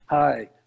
Hi